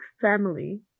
family